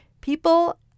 people